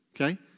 Okay